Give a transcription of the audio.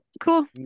Cool